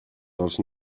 dels